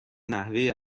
نحوه